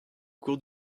cours